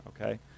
okay